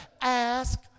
ask